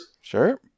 Sure